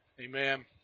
Amen